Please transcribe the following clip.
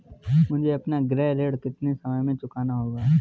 मुझे अपना गृह ऋण कितने समय में चुकाना होगा?